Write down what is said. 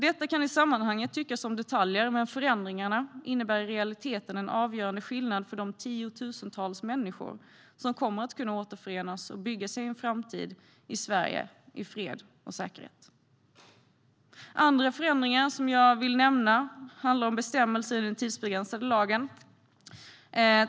Detta kan i sammanhanget tyckas som detaljer, men förändringarna innebär i realiteten en avgörande skillnad för de tiotusentals människor som kommer att kunna återförenas och bygga sin framtid i Sverige i fred och säkerhet. Andra förändringar som jag vill nämna handlar om bestämmelser i den tidsbegränsade lagen.